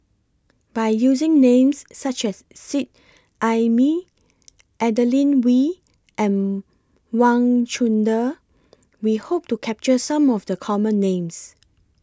By using Names such as Seet Ai Mee Adeline We and Wang Chunde We Hope to capture Some of The Common Names